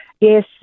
yes